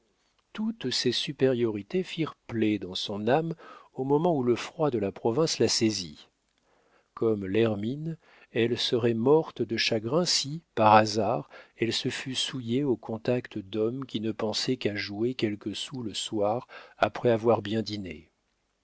toutes ses supériorités firent plaie dans son âme au moment où le froid de la province la saisit comme l'hermine elle serait morte de chagrin si par hasard elle se fût souillée au contact d'hommes qui ne pensaient qu'à jouer quelques sous le soir après avoir bien dîné